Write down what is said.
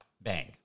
bang